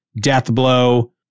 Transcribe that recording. Deathblow